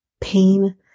pain